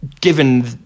given